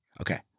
okay